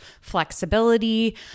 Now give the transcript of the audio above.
flexibility